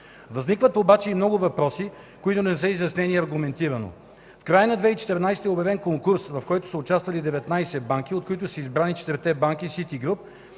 Възникват обаче и много въпроси, които не са изяснени аргументирано. В края на 2014 г. е обявен конкурс, в който са участвали 19 банки, от които са избрани четирите банки – „Ситигруп”,